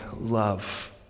love